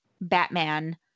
Batman